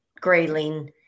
Grayling